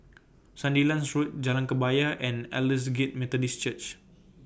Sandilands Road Jalan Kebaya and Aldersgate Methodist Church